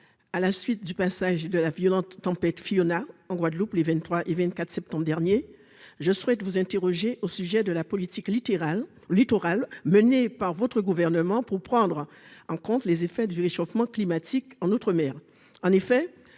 à la suite du passage de la violente tempête Fiona en Guadeloupe les 23 et 24 septembre dernier, je souhaite vous interroger au sujet de la politique littéral littoral menée par votre gouvernement pour prendre en compte les effets du réchauffement climatique en outre-mer, en effet,